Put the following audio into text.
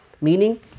Meaning